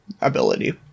ability